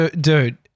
Dude